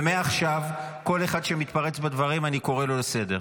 ומעכשיו כל אחד שמתפרץ בדברים אני קורא אותו לסדר.